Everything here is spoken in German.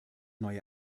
neue